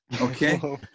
Okay